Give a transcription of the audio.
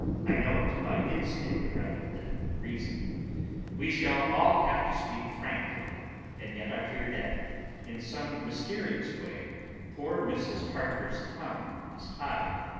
i know it by instinct rather than reason we shall all have to speak frankly and yet i fear that in some mysterious way poor mrs. harker's tongue is tied.